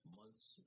months